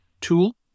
tool